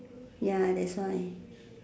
ya that's why